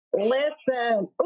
listen